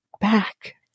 back